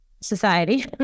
society